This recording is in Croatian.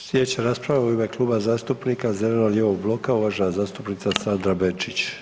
Slijedeća rasprava u ime Kluba zastupnika zeleno-lijevog bloka uvažena zastupnica Sandra Benčić.